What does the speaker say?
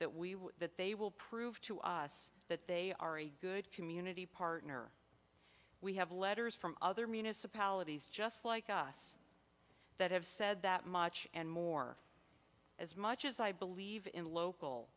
that we will that they will prove to us that they are a good community partner we have letters from other municipalities just like us that have said that much and more as much as i believe in local